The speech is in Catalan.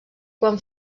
quan